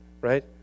right